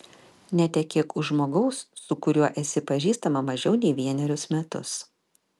netekėk už žmogaus su kuriuo esi pažįstama mažiau nei vienerius metus